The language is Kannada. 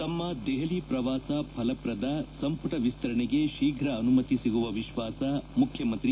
ತಮ್ಮ ದೆಹಲಿ ಪ್ರವಾಸ ಫಲಪ್ರದ ಸಂಪುಟ ವಿಸ್ತರಣೆಗೆ ಶೀಫ್ರ ಅನುಮತಿ ಸಿಗುವ ವಿಶ್ವಾಸ ಮುಖ್ಯಮಂತ್ರಿ ಬಿ